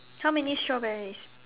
how many strawberries